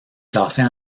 classés